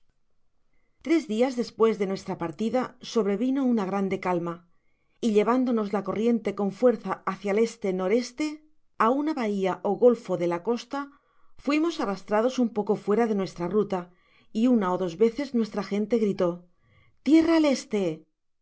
tres dias despues da nuestra partida sobrevino una grande calma y llevándonos la corriente con fuerza hácia el e n e á una bahia ó goffo de la costa fuimos arrastrados un paco fuera de nuestra ruta y una ó dos veces nuestra gente gritó tierra al este